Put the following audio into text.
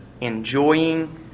enjoying